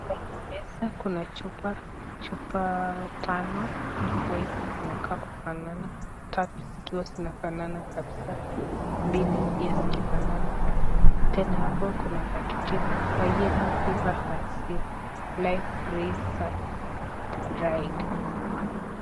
Kwa hii meza kuna chupa, chupa tano. Chupa hizi zinakaa kufanana, tatu zikiwa zinafanana kabisa mbili pia zikifanana tena hapo kuna pakiti ambayo imeandikwa Yellow Fever Vaccine Live Freeze Dried .